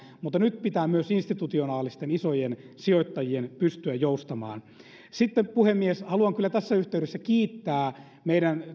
mutta nyt pitää myös institutionaalisten isojen sijoittajien pystyä joustamaan sitten puhemies haluan kyllä tässä yhteydessä kiittää meidän